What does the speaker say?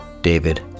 david